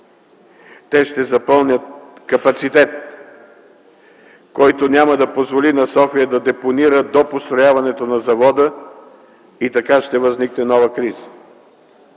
те ще запълнят капацитета, който няма да позволи на София да депонира до построяването на завода и така ще възникне нова криза.